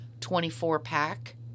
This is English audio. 24-pack